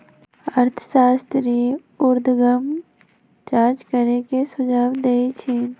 अर्थशास्त्री उर्ध्वगम चार्ज करे के सुझाव देइ छिन्ह